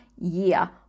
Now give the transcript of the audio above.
year